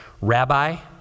Rabbi